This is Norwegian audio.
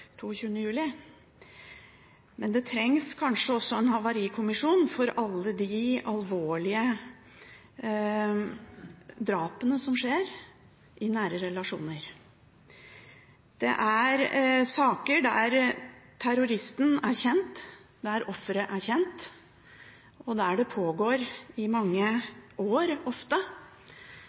juli, men det trengs kanskje også en havarikommisjon for alle de alvorlige drapene som skjer i nære relasjoner. Det er saker der terroristen er kjent, der offeret er kjent, og der det ofte pågår i mange